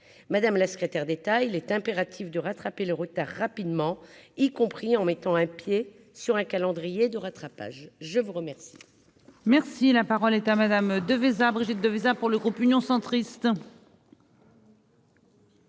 madame la secrétaire d'état, il est impératif de rattraper le retard rapidement, y compris en mettant un pied sur un calendrier de rattrapage, je vous remercie.